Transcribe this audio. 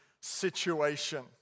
situation